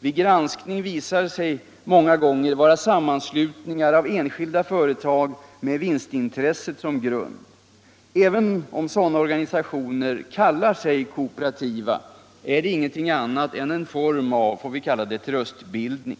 Vid granskning visar de sig många gånger vara sammanslutningar av enskilda företag med vinstintresset som grund. Även om sådana organisationer kallar sig kooperativa är de ingenting annat än en form av trustbildning.